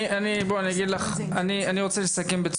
אני רוצה לסכם.